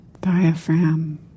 diaphragm